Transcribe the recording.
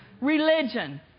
Religion